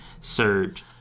surge